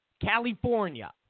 California